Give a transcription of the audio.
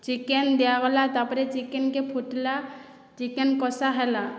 chicken ଦିଆଗଲା ତାପରେ ଚିକେନକେ ଫୁଟିଲା ଚିକେନ କଷା ହେଲା